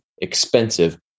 expensive